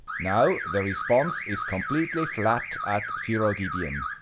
now, the response is completely flat at zero dbm.